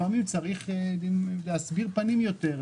לפעמים צריך להסביר פנים יותר,